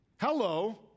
Hello